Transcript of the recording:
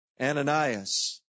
Ananias